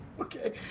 Okay